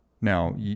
Now